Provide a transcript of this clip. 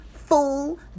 fool